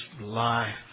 life